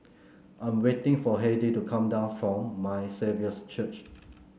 I'm waiting for Hedy to come down from My Saviour's Church